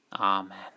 Amen